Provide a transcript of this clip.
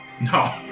No